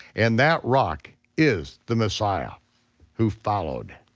and that rock is the messiah who followed.